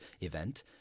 event